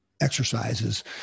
exercises